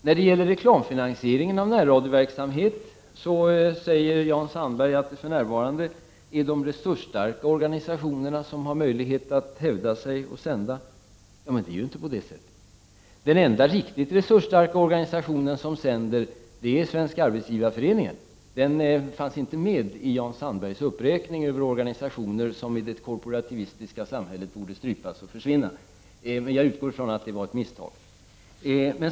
När det gäller reklamfinansieringen av närradioverksamheten säger Jan Sandberg att det för närvarande är de resursstarka organisationerna som har möjlighet att hävda sig och sända. Men det är ju inte på det sättet! Den enda riktigt resursstarka organisation som sänder via närradio är Svenska arbetsgivareföreningen. Den fanns inte med i Jan Sandbergs uppräkning över or ganisationer som i det korporativistiska samhället borde strypas och försvinna. Men jag utgår från att det var ett misstag.